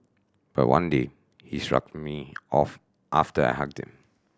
but one day he shrugged me off after I hugged him